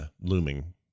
looming